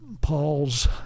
Paul's